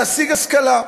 להשיג השכלה.